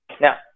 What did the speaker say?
Now